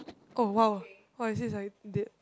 oh !wow! why is this like dead